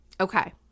Okay